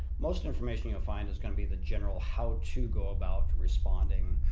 most information you'll find is going to be the general how to go about responding,